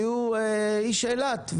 הוא איש אילת,